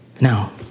Now